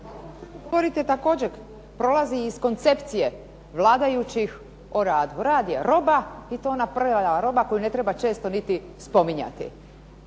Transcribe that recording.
govorite također prolazi iz koncepcije vladajućih o radu, rad je roba i to ona prljava roba koju ne treba često spominjati.